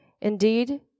Indeed